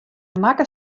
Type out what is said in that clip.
makke